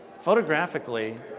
photographically